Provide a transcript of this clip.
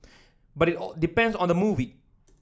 but depends on the movie